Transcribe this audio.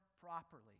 properly